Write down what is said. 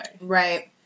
Right